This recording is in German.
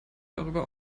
darüber